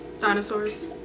Dinosaurs